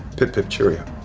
pip pip, cheerio.